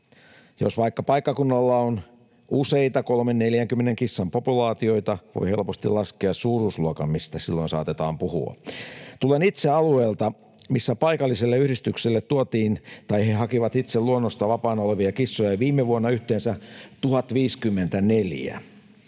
Jos paikkakunnalla on vaikka useita 30—40 kissan populaatioita, voi helposti laskea suuruusluokan, mistä silloin saatetaan puhua. Tulen itse alueelta, missä paikalliselle yhdistykselle tuotiin tai he hakivat itse luonnosta vapaana olevia kissoja viime vuonna yhteensä 1 054,